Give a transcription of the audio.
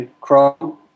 Chrome